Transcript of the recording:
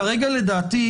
כרגע לדעתי,